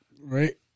Right